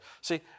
See